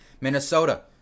Minnesota